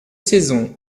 saisons